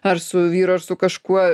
ar su vyru ar su kažkuo